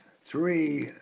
three